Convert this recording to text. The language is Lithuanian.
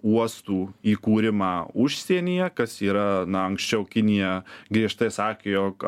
uostų įkūrimą užsienyje kas yra na anksčiau kinija griežtai sakė jog